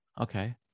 Okay